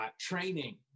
training